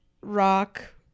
rock